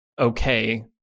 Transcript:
okay